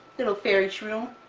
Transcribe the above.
little fairy shroom!